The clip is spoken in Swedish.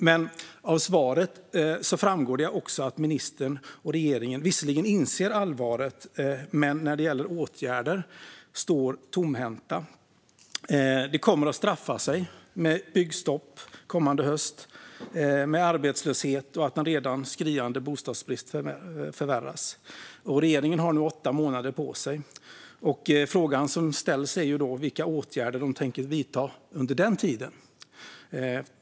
Men av svaret framgår det också att ministern och regeringen visserligen inser allvaret men står tomhänta när det gäller åtgärder. Det kommer att straffa sig - genom byggstopp kommande höst, genom arbetslöshet och genom att en redan skriande bostadsbrist förvärras. Regeringen har nu åtta månader på sig. Frågan som ställs är vilka åtgärder de tänker vidta under den tiden.